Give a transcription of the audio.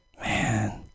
Man